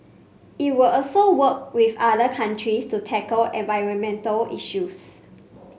it will also work with other countries to tackle environmental issues